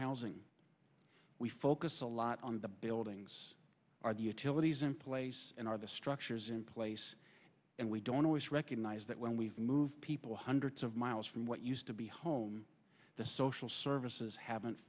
housing we focus a lot on the buildings are the utilities in place and are the structures in place and we don't always recognize that when we've moved people hundreds of miles from what used to be home the social services haven't